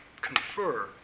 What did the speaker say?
confer